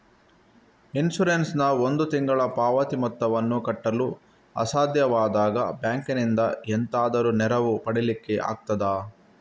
Insurance ನ ಒಂದು ತಿಂಗಳ ಪಾವತಿ ಮೊತ್ತವನ್ನು ಕಟ್ಟಲು ಅಸಾಧ್ಯವಾದಾಗ ಬ್ಯಾಂಕಿನಿಂದ ಎಂತಾದರೂ ನೆರವು ಪಡಿಲಿಕ್ಕೆ ಆಗ್ತದಾ?